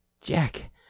Jack